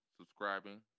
subscribing